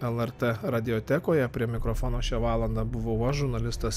lrt radiotekoje prie mikrofono šią valandą buvau aš žurnalistas